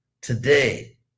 today